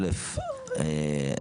סליחה,